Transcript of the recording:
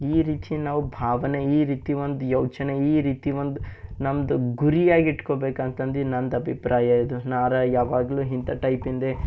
ಈ ರೀತಿ ನಾವು ಭಾವನೆ ಈ ರೀತಿ ಒಂದು ಯೋಚನೆ ಈ ರೀತಿ ಒಂದು ನಮ್ಮದು ಗುರಿಯಾಗಿ ಇಟ್ಟಕೋಬೇಕು ಅಂತಂದು ನಂದು ಅಭಿಪ್ರಾಯ ಇದು ನಾ ರ ಯಾವಾಗಲೂ ಇಂಥ ಟೈಪಿಂದೇ